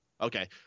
okay